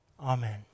Amen